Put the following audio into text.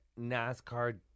NASCAR